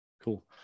cool